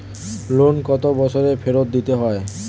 Loan কত বছরে ফেরত দিতে হয়?